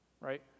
right